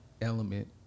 element